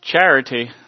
Charity